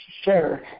Sure